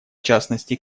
частности